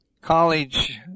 college